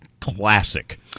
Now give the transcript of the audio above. classic